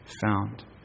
found